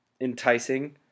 enticing